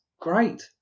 great